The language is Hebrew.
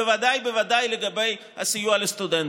בוודאי ובוודאי לגבי הסיוע לסטודנטים.